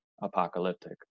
apocalyptic